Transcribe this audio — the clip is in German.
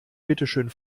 bitteschön